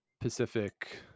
Pacific